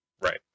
Right